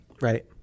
Right